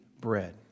bread